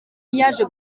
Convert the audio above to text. yaje